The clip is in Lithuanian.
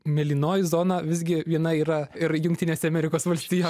mėlynoji zona visgi viena yra ir jungtinėse amerikos valstijose